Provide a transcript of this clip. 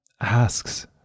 asks